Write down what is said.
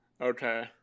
Okay